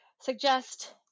suggest